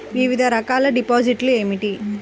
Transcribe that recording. వివిధ రకాల డిపాజిట్లు ఏమిటీ?